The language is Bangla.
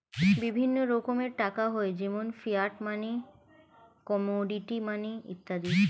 বিভিন্ন রকমের টাকা হয় যেমন ফিয়াট মানি, কমোডিটি মানি ইত্যাদি